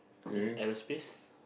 in aerospace